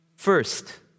First